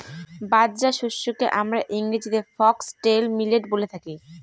বাজরা শস্যকে আমরা ইংরেজিতে ফক্সটেল মিলেট বলে থাকি